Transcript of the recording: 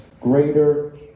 greater